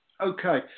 Okay